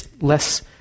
less